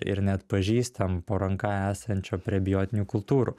ir neatpažįstam po ranka esančių prebiotinių kultūrų